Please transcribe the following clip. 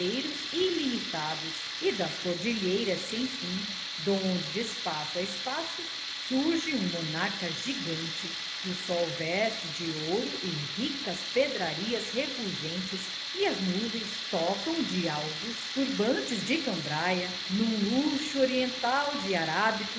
despenhadeiros ilimitados e das cordilheiras sem fim donde de espaço a espaço surge um monarca gigante que o sol veste de ouro e ricas pedrarias refulgentes e as nuvens tocam de alvos turbantes de cambraia num luxo oriental de arábicos